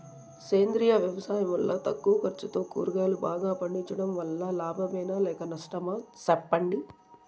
సేంద్రియ వ్యవసాయం వల్ల తక్కువ ఖర్చుతో కూరగాయలు బాగా పండించడం వల్ల లాభమేనా లేక నష్టమా సెప్పండి